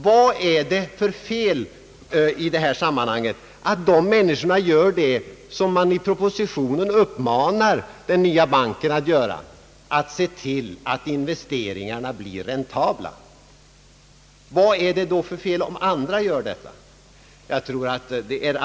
Vad är det för fel på de människor som nu gör det som man i propositionen uppmanar den nya banken att göra? Den skall ju se till att investeringarna blir räntabla. Det kan väl inte vara fel om andra försöker göra detsamma.